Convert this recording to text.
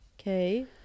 Okay